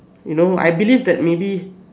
you know I believed that maybe